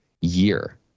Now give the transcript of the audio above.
year